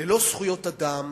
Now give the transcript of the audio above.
ללא זכויות אדם